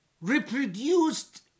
reproduced